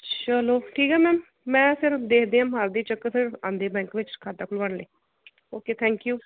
ਚਲੋ ਠੀਕ ਹੈ ਮੈਮ ਮੈਂ ਫਿਰ ਦੇਖਦੇ ਹਾਂ ਮਾਰਦੀ ਚੱਕਰ ਫਿਰ ਆਉਂਦੇ ਬੈਂਕ ਵਿੱਚ ਖਾਤਾ ਖੁੱਲ੍ਹਵਾਉਣ ਲਈ ਓਕੇ ਥੈਂਕ ਯੂ